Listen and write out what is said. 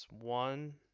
one